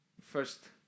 First